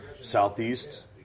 southeast